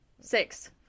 Six